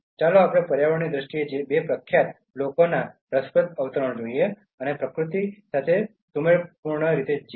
ચાલો આપણે પર્યાવરણની દ્રષ્ટિએ બે પ્રખ્યાત લોકોના બે રસપ્રદ અવતરણો જોઈએ અને પ્રકૃતિ સાથે સુમેળપૂર્ણ રીતે જીવીએ